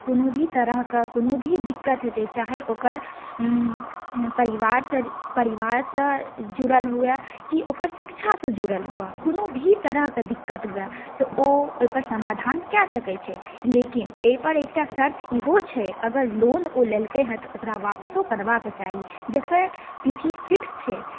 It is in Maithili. कोनो भी तरहके कोनो भी दिक्कत हेतै चाहे ओकर परिवारसँ परिवारसँ जुड़ल हुए कि ओकर शिक्षासँ जुड़ल हुए कोनो भी तरहकेँ दिक्कत हुए तऽ ओ ओहिपर समाधान कए सकै छै लेकिन एहिपर एकटा शर्त इहो छै अगर लोन ओ लेलकै हँ तऽ ओकरा वापसो करबाकेँ चाही जेकर तिथि फिक्स छै